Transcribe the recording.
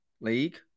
league